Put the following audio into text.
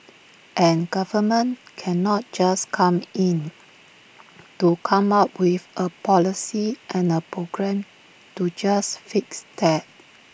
and government cannot just come in to come up with A policy and A program to just fix that